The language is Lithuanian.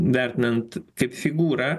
vertinant kaip figūrą